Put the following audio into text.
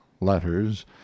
letters